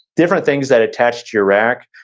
different things that attach to your rack,